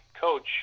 coach